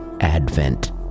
advent